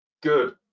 Good